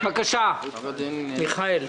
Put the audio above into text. בבקשה, חבר הכנסת מיכאל ביטון.